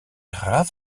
graf